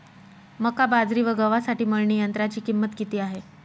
मका, बाजरी व गव्हासाठी मळणी यंत्राची किंमत किती आहे?